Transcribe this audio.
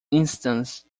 instance